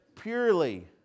purely